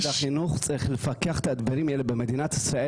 משרד החינוך צריך לפקח על הדברים האלה במדינת ישראל